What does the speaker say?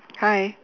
hi